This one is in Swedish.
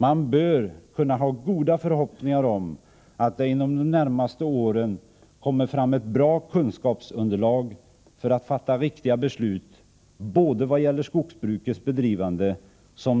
Man bör kunna ha goda förhoppningar om att det under de närmaste åren kommer fram ett bra kunskapsunderlag för att fatta riktiga beslut både i vad gäller skogsbrukets bedrivande och beträffande